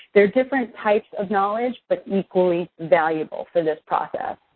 they're different types of knowledge, but equally valuable for this process.